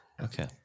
Okay